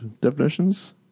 definitions